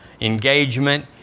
engagement